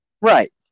Right